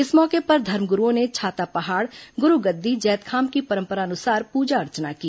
इस मौके पर धर्मगुरूओं ने छाता पहाड़ गुरू गद्दी जैतखाम की परंपरानुसार पूजा अर्चना की